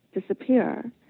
disappear